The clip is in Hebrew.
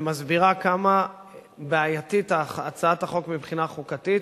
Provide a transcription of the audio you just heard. ומסבירה כמה בעייתית הצעת החוק מבחינה חוקתית,